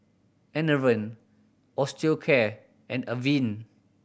Enervon Osteocare and Avene